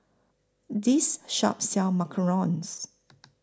This Shop sells Macarons